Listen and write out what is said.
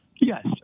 Yes